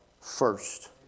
first